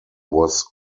was